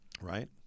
right